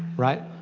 right.